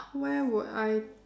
where would I